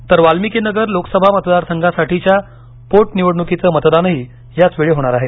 तर वाल्मिकी नगर लोकसभा मतदारसंघासाठीच्या पोटनिवडणूकीचं मतदानही याचवेळी होणार आहे